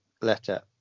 letter